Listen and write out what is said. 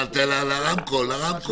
זה לא מספיק שמשרד הביטחון מעביר את